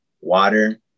water